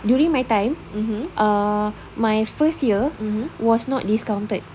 during my time ah my first year was not discounted